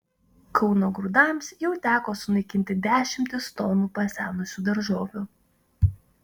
kauno grūdams jau teko sunaikinti dešimtis tonų pasenusių daržovių